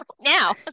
now